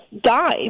die